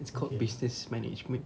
it's called business management